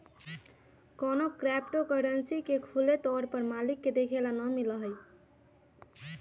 कौनो cryptocurrency के खुले तौर पर मालिक के देखे ला ना मिला हई